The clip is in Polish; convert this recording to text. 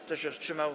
Kto się wstrzymał?